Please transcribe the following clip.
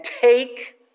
take